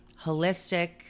holistic